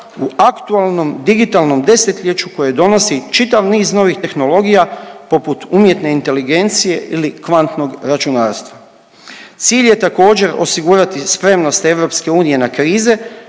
u aktualnom digitalnom desetljeću koje donosi čitav niz novih tehnologija poput umjetne inteligencije ili kvantnog računarstva. Cilj je također osigurati spremnost EU na krize